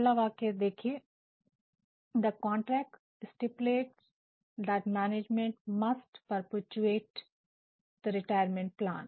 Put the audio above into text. पहला वाक्य देखिए " the contract stipulates that management must perpetuate the retirement plan